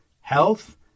health